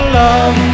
love